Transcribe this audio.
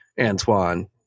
Antoine